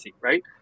right